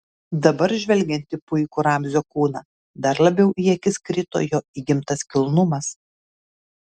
dabar žvelgiant į puikų ramzio kūną dar labiau į akis krito jo įgimtas kilnumas